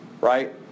right